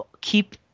keep